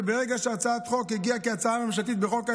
וברגע שהצעת החוק הגיעה כהצעה ממשלתית בחוק ההסדרים,